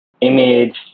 image